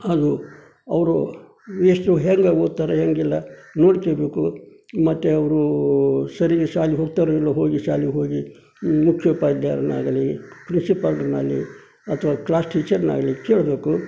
ಅದು ಅವರು ಎಷ್ಟು ಹೇಗೆ ಓದ್ತಾರೆ ಹೇಗಿಲ್ಲ ನೋಡ್ಕೋಬೇಕು ಮತ್ತು ಅವರು ಸರಿಯಾಗಿ ಶಾಲೆಗೆ ಹೋಗ್ತಾರೋ ಇಲ್ಲವೋ ಹೋಗಿ ಶಾಲೆಗೆ ಹೋಗಿ ಮುಖ್ಯೋಪಾಧ್ಯಾಯರನ್ನಾಗಲೀ ಪ್ರಿನ್ಸಿಪಾಲರನ್ನಾಗಲೀ ಅಥ್ವಾ ಕ್ಲಾಸ್ ಟೀಚರನ್ನಾಗಲೀ ಕೇಳಬೇಕು